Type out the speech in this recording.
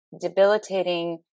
debilitating